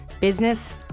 business